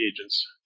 agents